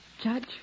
Judge